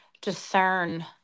discern